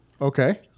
Okay